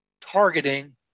targeting